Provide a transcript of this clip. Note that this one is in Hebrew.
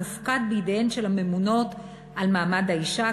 מופקד בידיהן של הממונות על מעמד האישה,